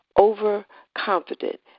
overconfident